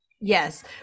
yes